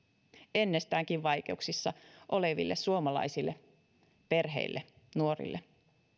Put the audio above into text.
ennestäänkin vaikeuksissa oleville suomalaisille perheille nuorille